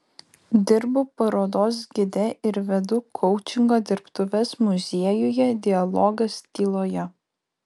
dirbu parodos gide ir vedu koučingo dirbtuves muziejuje dialogas tyloje